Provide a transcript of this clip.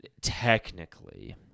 technically